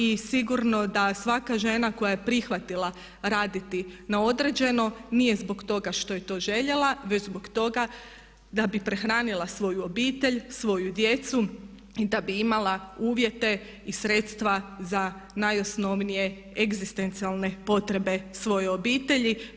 I sigurno da svaka žena koja je prihvatila raditi na određeno nije zbog toga što je to željela već zbog toga da bi prehranila svoju obitelj, svoju djecu i da bi imala uvjete i sredstva za najosnovnije egzistencijalne potrebe svoje obitelji.